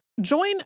Join